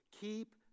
Keep